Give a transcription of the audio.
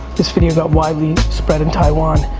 this video got widely spread in taiwan.